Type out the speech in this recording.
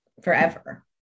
forever